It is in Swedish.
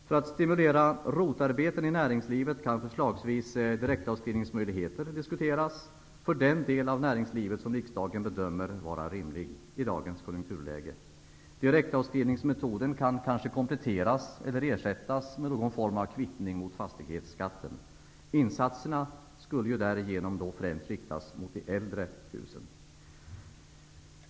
För att stimulera ROT-arbeten i näringslivet kan förslagsvis direktavskrivningsmöjligheter diskuteras för den del av näringslivet som riksdagen bedömer vara rimlig i dagens konjunkturläge. Direktavskrivningsmetoden kan kanske kompletteras eller ersättas med någon form av kvittning mot fastighetsskatten. Insatserna skulle därigenom främst inriktas på de äldre husen.